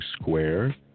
square